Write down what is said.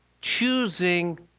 choosing